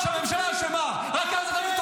או שרק לצרוח שהממשלה אשמה, רק אז אתה מתעורר?